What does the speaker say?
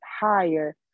higher